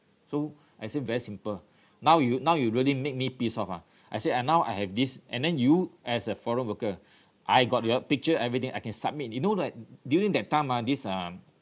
so I say very simple now you now you really make me pissed of ah I said uh now I have this and then you as a foreign worker I got your picture everything I can submit you know that during that time ah this um